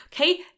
okay